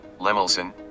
Lemelson